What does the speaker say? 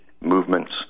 movements